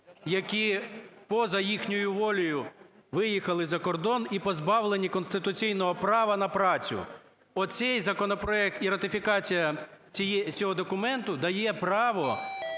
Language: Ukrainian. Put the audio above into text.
які поза їхньою волею виїхали за кордон і позбавлені конституційного права на працю. Оцей законопроект і ратифікація цього документу дає право